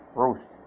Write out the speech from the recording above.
roast